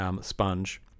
Sponge